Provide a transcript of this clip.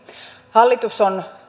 hallitus on